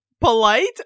polite